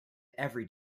every